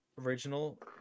original